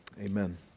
Amen